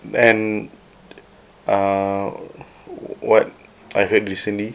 and err what I heard recently